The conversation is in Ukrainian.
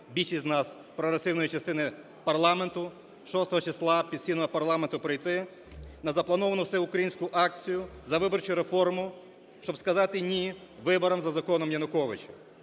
більшість з нас прогресивної частини парламенту, 6-го числа під стіни парламенту прийти на заплановану всеукраїнську акцію за виборчу реформу, щоб сказати: "Ні – виборам за законом Януковича!"